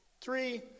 three